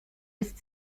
ist